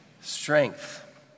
Strength